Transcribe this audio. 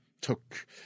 took